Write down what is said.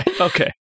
Okay